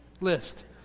list